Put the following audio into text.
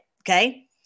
okay